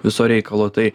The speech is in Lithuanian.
viso reikalo tai